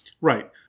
Right